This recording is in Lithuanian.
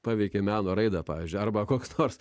paveikė meno raidą pavyzdžiui arba koks nors